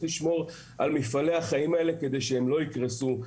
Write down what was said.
לשמור על מפעלי החיים שלהם כדי שהם לא יקרסו.